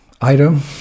item